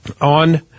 on